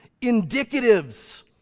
indicatives